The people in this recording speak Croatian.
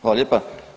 Hvala lijepa.